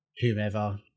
whomever